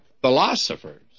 philosophers